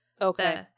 Okay